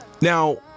Now